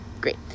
great